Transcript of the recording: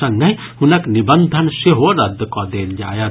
संगहि हुनक निबंधन सेहो रद्द कऽ देल जायत